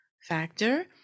Factor